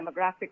demographic